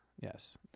Yes